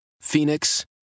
Phoenix